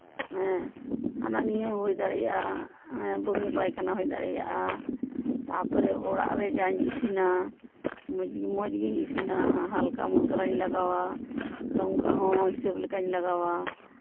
ᱦᱮᱸ ᱦᱟᱱᱟᱱᱤᱭᱟᱹ ᱦᱩᱭ ᱫᱟᱲᱮᱭᱟᱜᱼᱟ ᱵᱚᱢᱤ ᱯᱟᱭᱠᱷᱟᱱᱟ ᱦᱩᱭ ᱫᱟᱲᱮᱭᱟᱜᱼᱟ ᱛᱟᱨᱯᱚᱨᱮ ᱚᱲᱟᱜ ᱨᱮ ᱡᱟᱧ ᱤᱥᱤᱱᱟ ᱢᱚᱡᱽ ᱜᱤᱧ ᱤᱥᱤᱱᱟ ᱦᱟᱞᱠᱟ ᱢᱚᱥᱞᱟᱧ ᱞᱟᱜᱟᱣᱟ ᱞᱚᱝᱠᱟ ᱦᱚᱸ ᱦᱤᱥᱟᱹᱵᱽ ᱞᱮᱠᱟᱧ ᱞᱟᱜᱟᱣᱟ